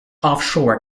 offshore